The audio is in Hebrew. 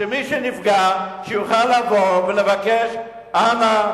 שמי שנפגע שיוכל לבוא ולבקש: אנא,